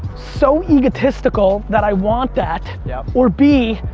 so egotistical that i want that. yep. or b,